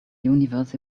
universe